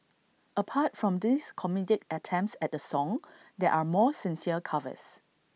apart from these comedic attempts at the song there are more sincere covers